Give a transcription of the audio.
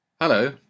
Hello